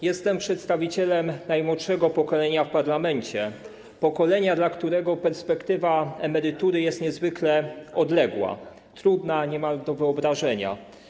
Jestem przedstawicielem najmłodszego pokolenia pracującego w parlamencie, pokolenia, dla którego perspektywa emerytury jest niezwykle odległa, niemal trudna do wyobrażenia.